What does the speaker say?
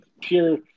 pure